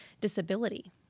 disability